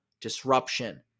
disruption